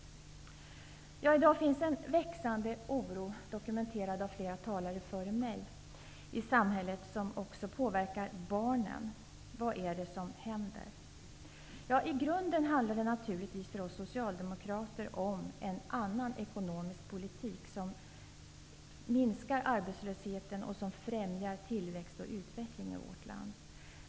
I dag finns en växande oro -- dokumenterad av flera tidigare talare -- i samhället som också påverkar barnen. Vad är det som händer? I grunden handlar det naturligtvis för oss socialdemokrater om en annan ekonomisk politik som minskar arbetslösheten och som främjar tillväxt och utveckling i vårt land.